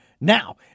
now